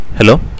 Hello